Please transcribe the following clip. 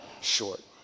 short